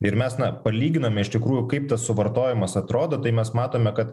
ir mes na palyginome iš tikrųjų kaip tas suvartojimas atrodo tai mes matome kad